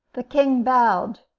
the king bowed,